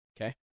Okay